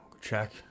Check